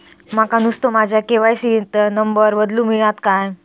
माका नुस्तो माझ्या के.वाय.सी त नंबर बदलून मिलात काय?